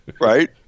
right